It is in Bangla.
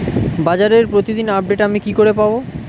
বাজারের প্রতিদিন আপডেট আমি কি করে পাবো?